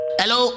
hello